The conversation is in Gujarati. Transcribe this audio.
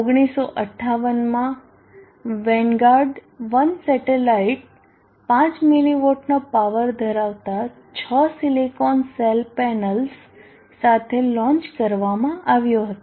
1958 માં વેનગાર્ડ 1 સેટેલાઇટ 5 મિલીવોટનો પાવર ધરાવતા છ સિલિકોન સેલ પેનલ્સ સાથે લોન્ચ કરવામાં આવ્યો હતો